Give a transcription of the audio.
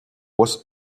was